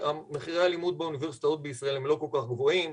מחירי הלימוד באוניברסיטאות בישראל הם לא כל כך גבוהים,